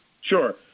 Sure